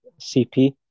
CP